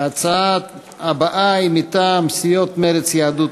ההצעה הבאה היא מטעם סיעות מרצ ויהדות